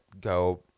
go